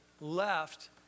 left